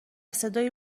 صدای